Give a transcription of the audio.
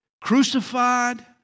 crucified